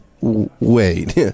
Wait